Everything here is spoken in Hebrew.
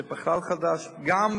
וזה בכלל חדש, יש מחסור.